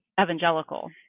Evangelical